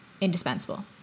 indispensable